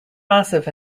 massive